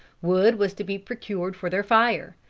wood was to be procured for their fire.